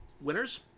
winners